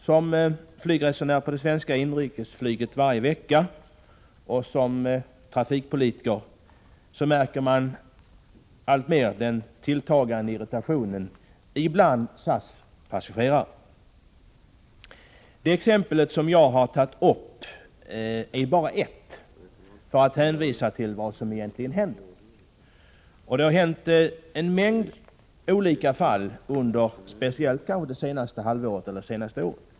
Som flygresenär på det svenska inrikesflyget varje vecka och som trafikpolitiker har jag lagt märke till den alltmer tilltagande irritationen bland SAS passagerare. Det exempel jag har tagit upp i min interpellation är bara ett enda som visar vad som egentligen händer. Det har inträffat en mängd olika fall under speciellt det senaste halvåret — ja, det senaste året.